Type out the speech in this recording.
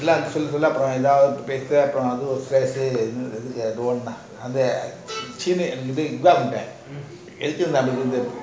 சொல்ல சொல்ல அப்புறம் எதாவுது பேச அப்புறம்:solla solla apram yeathavuthu peasa apram